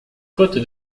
côte